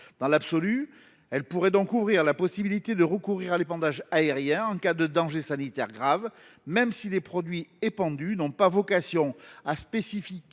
Dans l’absolu, elle pourrait donc ouvrir la possibilité de recourir à l’épandage aérien en cas de danger sanitaire grave, même si les produits épandus n’ont pas vocation à spécifiquement